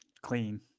Clean